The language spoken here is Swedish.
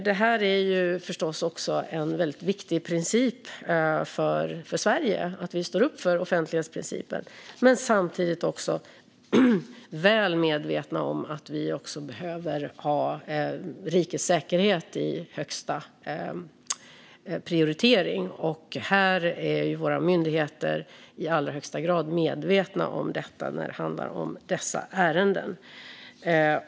Det här är förstås en väldigt viktig princip för Sverige. Vi står upp för offentlighetsprincipen. Samtidigt är vi väl medvetna om att vi behöver ha rikets säkerhet som högsta prioritering. Våra myndigheter är i allra högsta grad medvetna om detta när det handlar om dessa ärenden.